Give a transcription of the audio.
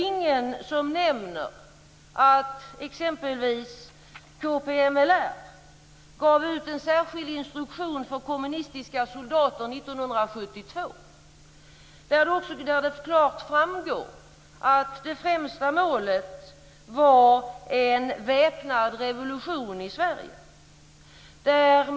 Ingen nämner att exempelvis KPML gav ut en särskild instruktion för kommunistiska soldater 1972 där det klart framgår att det främsta målet var en väpnad revolution i Sverige.